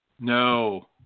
No